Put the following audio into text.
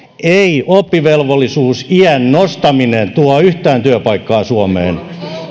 ei oppivelvollisuusiän nostaminen tuo yhtään työpaikkaa suomeen